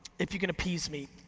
if you can appease me.